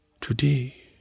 today